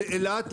לאילת,